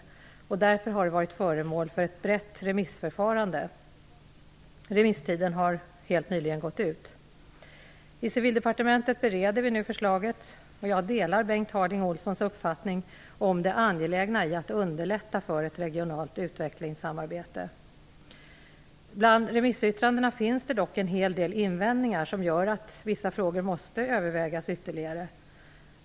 Det har därför varit föremål för ett brett remissförfarande. Remisstiden har helt nyligen gått ut. I Civildepartementet bereder vi nu förslaget. Jag delar Bengt Harding Olsons uppfattning om det angelägna i att underlätta för ett regionalt utvecklingssamarbete. Bland remissyttrandena finns dock en hel del invändningar som gör att vissa frågor måste övervägas ytterligare.